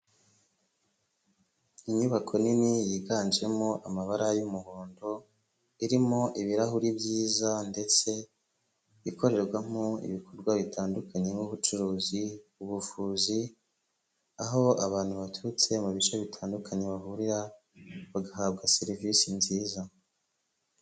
Inyubako nini yiganjemo amabara y'umuhondo, irimo ibirahuri byiza ndetse ikorerwamo ibikorwa bitandukanye nk'ubucuruzi, ubuvuzi, aho abantu baturutse mu bice bitandukanye bahurira, bagahabwa serivisi nziza.